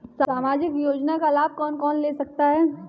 सामाजिक योजना का लाभ कौन कौन ले सकता है?